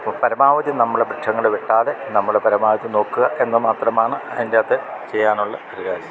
പരമാവധി നമ്മൾ വൃക്ഷങ്ങൾ വെട്ടാതെ നമ്മൾ പരമാവധി നോക്കുക എന്ന് മാത്രമാണ് അതിന്റെ അകത്ത് ചെയ്യാൻ ഉള്ള ഒരു കാര്യം